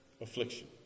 affliction